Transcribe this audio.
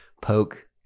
poke